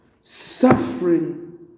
suffering